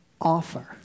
offer